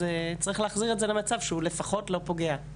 אז צריך להחזיר את זה למצב שהוא לפחות לא פוגע.